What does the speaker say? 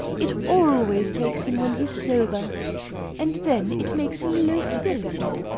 it always takes him when he's sober and then it makes him low-spirited.